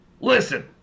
Listen